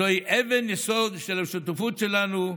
זוהי אבן היסוד של השותפות שלנו,